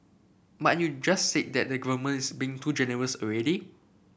but you just said that the government is being too generous already